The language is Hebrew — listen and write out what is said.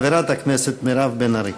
חברת הכנסת מירב בן ארי.